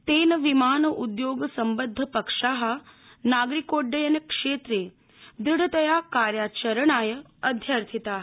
तेन विमान उद्योग सम्बद्ध पक्षा नागरिकोड्डयनक्षेत्रे दृढतया कार्याचरणाय अध्यर्थिता